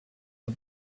the